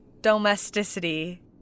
domesticity